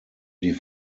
die